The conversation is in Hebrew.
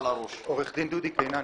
עו"ד דודי קינן,